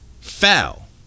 Foul